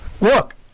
Look